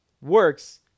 works